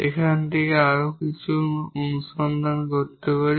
এর থেকে আরও কিছু অনুসন্ধান রয়েছে